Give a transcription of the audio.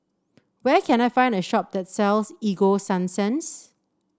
where can I find a shop that sells Ego Sunsense